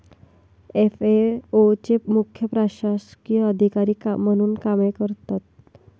FAO चे मुख्य प्रशासकीय अधिकारी म्हणून काम करते